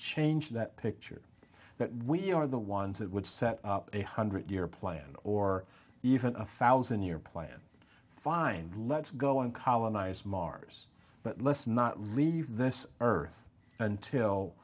change that picture that we are the ones that would set a hundred year plan or even a thousand year plan fine let's go and colonize mars but let's not leave this earth until